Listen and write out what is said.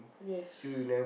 yes